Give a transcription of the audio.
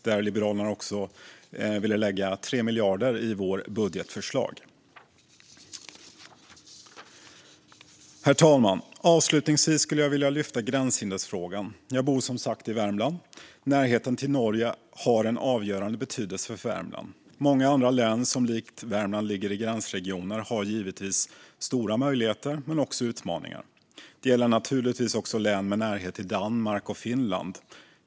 Där ville vi liberaler lägga 3 miljarder i vårt budgetförslag. Herr talman! Avslutningsvis skulle jag vilja lyfta fram gränshinderfrågan. Jag bor som sagt i Värmland, och närheten till Norge har en avgörande betydelse för Värmland. Många andra län som likt Värmland ligger i gränsregioner har givetvis stora möjligheter men också utmaningar. Det gäller naturligtvis också län med närhet till Danmark och Finland.